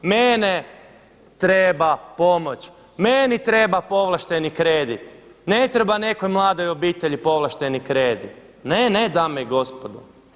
Mene treba pomoć, meni treba povlašteni kredit, ne treba nekoj mladoj obitelji povlašteni kredit, ne, ne dame i gospodo.